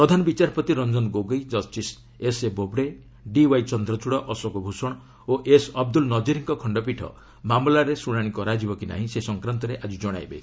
ପ୍ରଧାନ ବିଚାରପତି Ranjan Gogoi justice S A Bobde D Y Chandrachud Ashok Bhushan ଓ S Abdul ନଜିର୍ଙ୍କ ଖଣ୍ଡପୀଠ ମାମଲାରେ ଶୁଣାଣି କରାଯିବ କି ନାହିଁ ସେ ସଂକ୍ରାନ୍ତରେ ଆଜି ଜଣାଇବେ